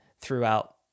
throughout